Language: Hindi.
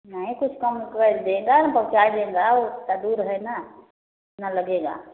नहीं कुछ कम कर देगा पहुँचा देगा वो इतना दूर है न इतना लगेगा